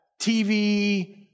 TV